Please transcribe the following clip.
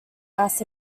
mass